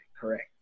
correct